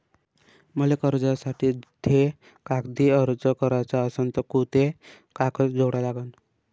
मले कर्जासाठी थे कागदी अर्ज कराचा असन तर कुंते कागद जोडा लागन?